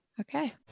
Okay